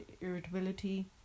irritability